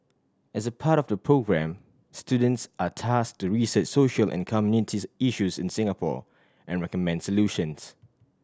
as a part of the programme students are tasked to research social and community issues in Singapore and recommend solutions